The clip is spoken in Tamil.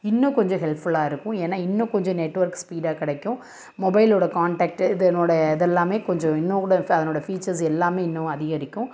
இன்னும் கொஞ்சம் ஹெல்ப்ஃபுல்லாக இருக்கும் ஏன்னா இன்னும் கொஞ்சம் நெட்ஒர்க் ஸ்பீடாக கிடைக்கும் மொபைலோட காண்டாக்ட்டு இதனோட இதெல்லாமே கொஞ்சம் இன்னும் கூட ஃப அதனோட ஃபீச்சர்ஸ் எல்லாமே இன்னும் அதிகரிக்கும்